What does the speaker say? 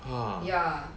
ah